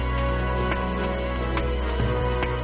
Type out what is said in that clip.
or